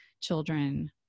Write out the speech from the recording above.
children